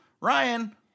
Ryan